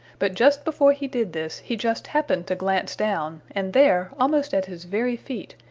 but just before he did this he just happened to glance down and there, almost at his very feet,